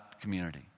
community